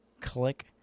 Click